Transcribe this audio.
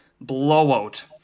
blowout